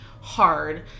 hard